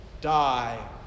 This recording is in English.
die